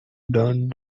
done